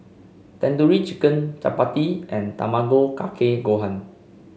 Tandoori Chicken Chapati and Tamago Kake Gohan